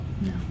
No